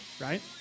right